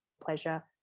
pleasure